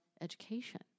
education